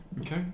Okay